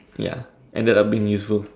ya ended up being useful